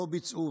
לא ביצעו.